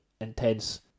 intense